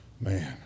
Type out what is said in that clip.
man